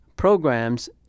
programs